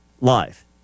live